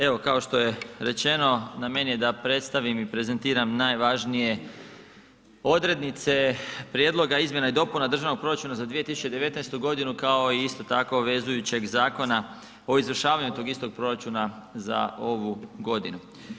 Evo kao što je rečeno, na meni je da predstavim i prezentiram najvažnije odrednice Prijedloga izmjena i dopuna Državnog proračuna za 2019. g. kao isto tako vezujućeg Zakona o izvršavanju tog istog proračuna za ovu godinu.